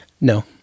No